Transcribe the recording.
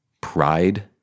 pride